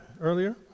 earlier